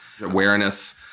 awareness